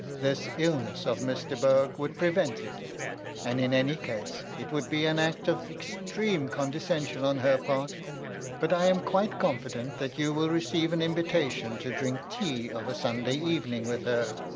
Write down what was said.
this illness of miss de bourg would prevent it and in any case it would be an act of extreme condescension on her part but i am quite confident that you will receive an invitation to drink tea of a sunday evening with her,